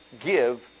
give